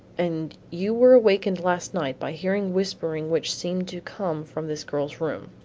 and you were wakened last night by hearing whispering which seemed to come from this girl's room.